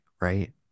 right